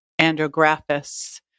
andrographis